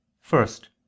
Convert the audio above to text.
first